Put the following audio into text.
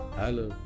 hello